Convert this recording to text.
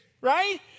right